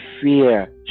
fear